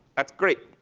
that's great.